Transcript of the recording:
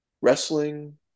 wrestling